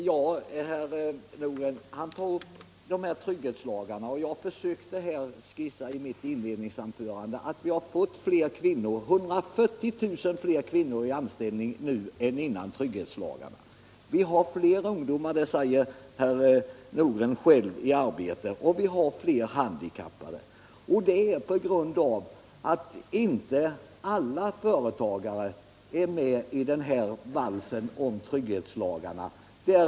Herr talman! Herr Nordgren tog upp trygghetslagarna. Jag sade i mitt inledningsanförande att vi har fått 140 000 fler kvinnor i anställning nu än före trygghetslagarna. Vi har fler ungdomar — det säger herr Nordgren själv — och fler handikappade i arbete. Det är tur att inte alla företagare är med på den här valsen om trygghetslagarna.